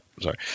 sorry